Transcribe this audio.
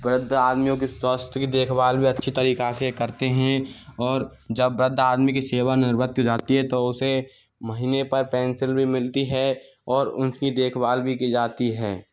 वृद्ध आदमियों के स्वास्थ्य की देखभाल भी अच्छी तरीक़े से करते हैं और जब वृद्ध आदमी की सेवा निवृत्ती हो जाती है तो उसे महीने पर पेंसिन भी मिलती है और उन की देखभाल भी की जाती है